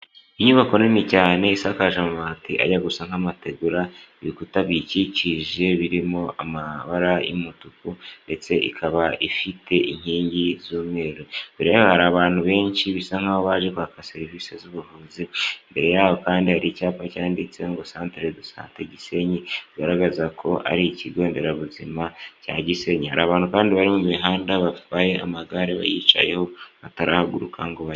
Inyubako nini cyane, isakaje amabati ajya gusa nk'amategura, ibikuta biyikikije, birimo amabara y'umutuku, ndetse ikaba ifite inkingi z'umweru, imbere yaho hari abantu benshi bisa nkaho baje kwaka serivisi z'ubuvuzi, mbere yaho kandi hari icyapa cyanditseho ngo Centre de Sante Gisenyi, bigaragaza ko ari ikigo nderabuzima cya Gisenyi, hari abantu kandi bari mu mihanda, batwaye amagare, bayicayeho, batarahaguruka ngo bagende.